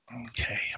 Okay